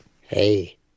hey